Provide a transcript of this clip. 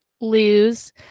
lose